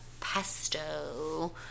pesto